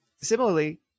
Similarly